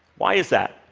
why is that?